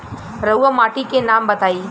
रहुआ माटी के नाम बताई?